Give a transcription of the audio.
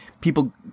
people